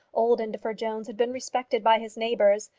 old indefer jones had been respected by his neighbours.